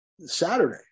Saturday